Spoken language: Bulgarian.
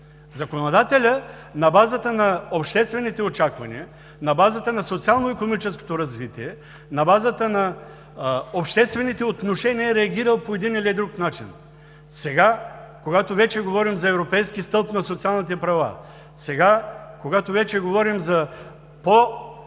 Законодателят, на базата на обществените очаквания, на базата на социално-икономическото развитие, на базата на обществените отношения, е реагирал по един или друг начин. Сега, когато вече говорим за европейски стълб на социалните права, сега, когато вече говорим за по-надграждащи